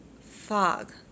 fog